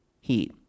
heat